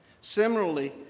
Similarly